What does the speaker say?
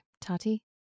Tati